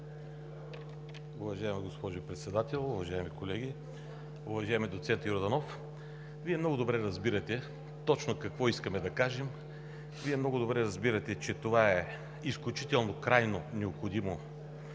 Вие много добре разбирате, че това е изключително крайно необходимо